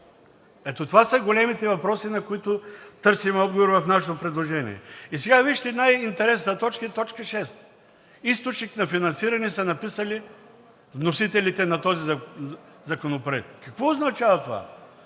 Ето това са големите въпроси, на които търсим отговор в нашето предложение. И сега, вижте, най-интересната точка е т. 6: „Източник на финансиране“ са написали вносителите на този законопроект. Какво означава това?